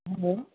hello hello